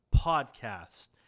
Podcast